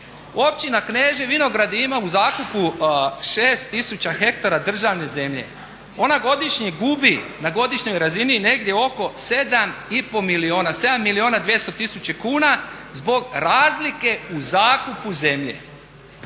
Općina Kneževi Vinogradi je imao u zakupu 6 tisuća hektara državne zemlje. Ona godišnje gubi na godišnjoj razini negdje oko 7,5 milijuna, 7 milijuna 200 tisuća kuna zbog razlike u zakupu zemlje.